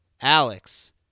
Alex